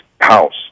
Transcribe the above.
house